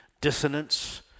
dissonance